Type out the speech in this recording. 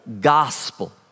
gospel